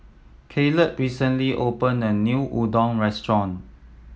Kaleb recently opened a new Udon restaurant